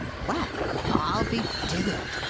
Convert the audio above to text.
well, i'll be dithered!